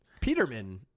Peterman